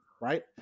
right